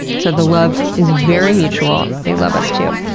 so the love is very mutual, they love us too.